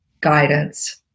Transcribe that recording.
guidance